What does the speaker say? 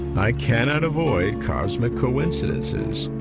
i cannot avoid cosmic coincidences.